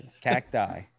cacti